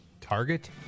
Target